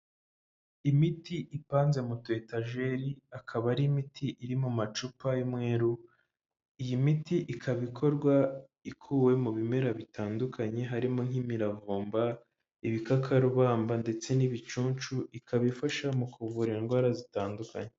Imiti ipanze mu tu etajeri, akaba ari imiti iri mu macupa y'umweru, iyi miti ikaba ikorwa ikuwe mu bimera bitandukanye harimo nk'imiravumba, ibikakarubamba ndetse n'ibicuncu. Ikaba ifasha mu kuvura indwara zitandukanye.